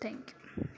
thank you